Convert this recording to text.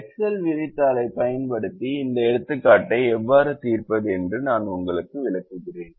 Excel விரிதாளைப் பயன்படுத்தி இந்த எடுத்துக்காட்டை எவ்வாறு தீர்ப்பது என்று நான் உங்களுக்கு விளக்குகிறேன்